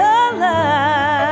alive